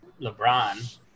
LeBron